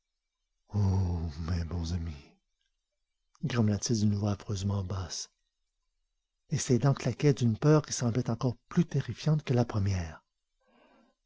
ô mes bons amis grommela-t-il d'une voix affreusement basse et ses dents claquaient d'une peur qui semblait encore plus terrifiante que la première